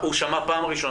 והוא שמע עליו פעם ראשונה,